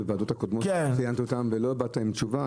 בוועדות הקודמות שלא ציינת אותם ולא באת עם תשובה.